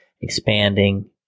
expanding